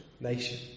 nation